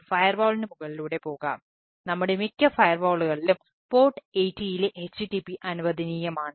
firewall traversal 80 ലെ http അനുവദനീയമാണ്